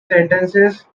sentences